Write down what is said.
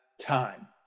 time